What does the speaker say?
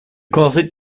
closet